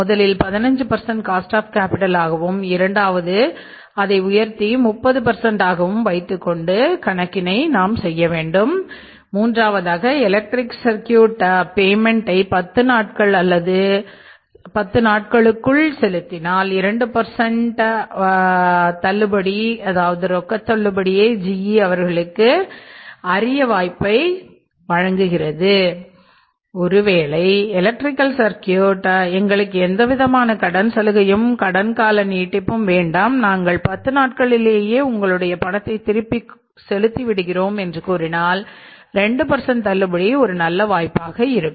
முதலில் 15 cost of capital எங்களுக்கு எந்தவிதமான கடன் சலுகையும் கடன் கால நீட்டிப்பும் வேண்டாம் நாங்கள் 10 நாட்களிலேயே உங்களுக்கு பணத்தை திருப்பி செலுத்தி விடுகிறோம் என்று கூறினால் 2 தள்ளுபடி ஒரு நல்ல வாய்ப்பாக இருக்கும்